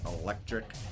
electric